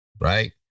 right